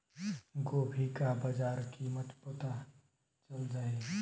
गोभी का बाजार कीमत पता चल जाई?